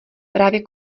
právě